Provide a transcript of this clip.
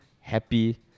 happy